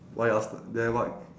why asla~ then what